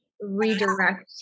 redirect